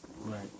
Right